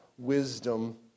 wisdom